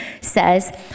says